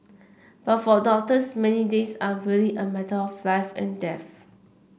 but for doctors many days are really a matter of life and death